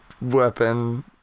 weapon